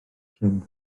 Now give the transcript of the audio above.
cyn